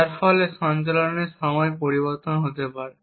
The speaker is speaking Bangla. যার ফলে সঞ্চালনের সময় পরিবর্তন হতে পারে